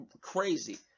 crazy